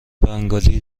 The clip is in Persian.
بنگالی